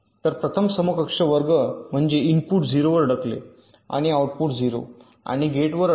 तर प्रथम समकक्ष वर्ग म्हणजे इनपुट 0 वर अडकले आणि आउटपुट 0 आणि गेटवर अडकले